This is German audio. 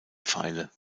pfeile